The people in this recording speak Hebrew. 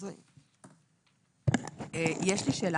"רכיב שכר